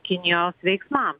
kinijos veiksmam